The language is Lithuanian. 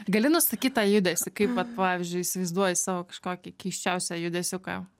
gali nusakyt tą judesį kaip vat pavyzdžiui įsivaizduoji savo kažkokį keisčiausią judesiuką